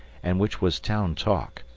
and which was town talk,